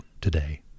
today